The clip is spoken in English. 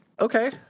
Okay